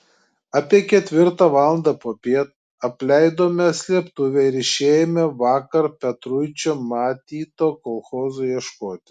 apie ketvirtą valandą popiet apleidome slėptuvę ir išėjome vakar petruičio matyto kolchozo ieškoti